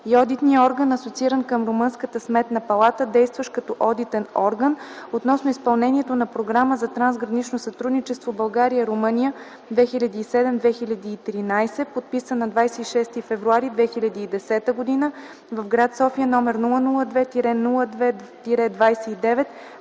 и Одитния орган (асоцииран към румънската Сметна палата), действащ като Одитен орган, относно изпълнението на Програмата за трансгранично сътрудничество България – Румъния 2007-2013 г., подписан на 26 февруари 2010 г. в София.” Благодаря.